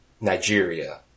Nigeria